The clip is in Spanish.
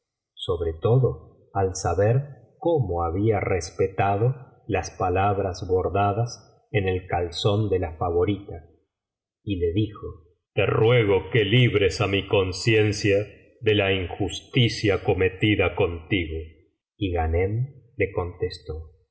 sobre todo al saber cómo había respetado las palabras bordadas en el calzón de la favorita y le dijo te ruego que libres á mi conciencia de la biblioteca valenciana generalitat valenciana las mil noches y una noche injusticia cometida contigo y ghanem le contestó